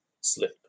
slip